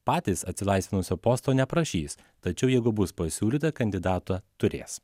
patys atsilaisvinusio posto neprašys tačiau jeigu bus pasiūlyta kandidatą turės